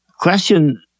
question